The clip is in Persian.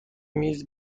میز